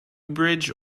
bridge